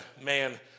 man